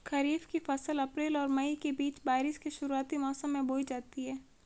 खरीफ़ की फ़सल अप्रैल और मई के बीच, बारिश के शुरुआती मौसम में बोई जाती हैं